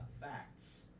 facts